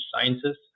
Sciences